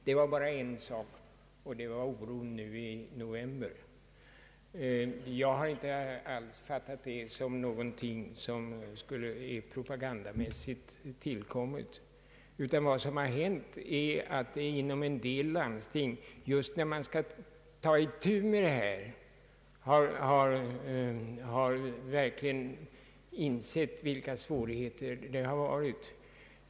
Det är bara en sak som jag vill gå in på, och det är oron nu i november. Jag har inte fattat det som något som skulle ha tillkommit propagandamässigt, utan vad som hänt är att man inom en del landsting, just när man skall ta itu med genomförandet av reformen, verkligen insett vilka svårigheter som föreligger.